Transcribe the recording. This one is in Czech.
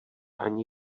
ani